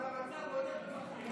אבל המצב הולך ומחמיר,